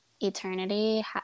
eternity